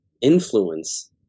influence